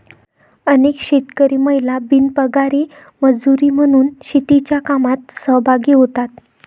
अनेक शेतकरी महिला बिनपगारी मजुरी म्हणून शेतीच्या कामात सहभागी होतात